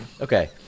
okay